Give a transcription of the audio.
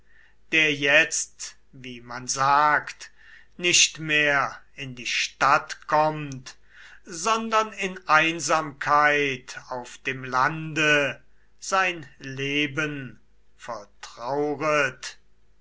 der jetzt wie man sagt nicht mehr in die stadt kommt sondern in einsamkeit auf dem lande sein leben vertrauert